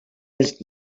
als